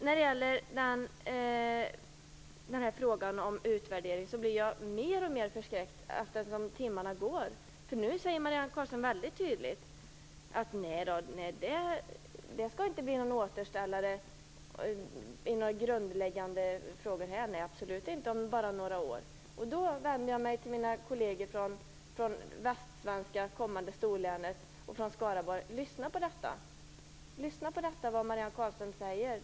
Sedan var det frågan om utvärdering. Jag blir mer och mer förskräckt allteftersom timmarna går. Nu säger Marianne Carlström väldigt tydligt att det absolut inte skall bli någon återställare i några grundläggande frågor om några år. Jag vänder mig till mina kolleger från det västsvenska kommande storlänet och från Skaraborg: Lyssna på vad Marianne Carlström säger!